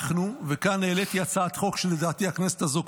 העליתי הצעת חוק שלדעתי הכנסת הזו,